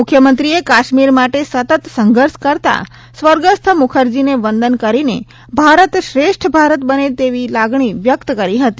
મુખ્યમંત્રીએ કાશ્મીર માટે સતત સંઘર્ષ કરતાં સ્વર્ગસ્થ મુખરજીને વંદન કરીને ભારત શ્રેષ્ઠ ભારત બને તેવી લાગણી વ્યક્ત કરી હતી